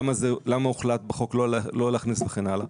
למה הוחלט בחוק לא להכניס וכן הלאה,